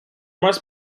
must